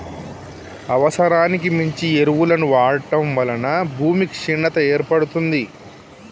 అవసరానికి మించి ఎరువులను వాడటం వలన భూమి క్షీణత ఏర్పడుతుంది